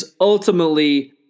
ultimately